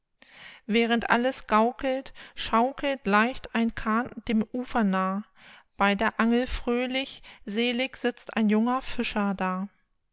während alles gaukelt schaukelt leicht ein kahn dem ufer nah bei der angel fröhlich selig sitzt ein junger fischer da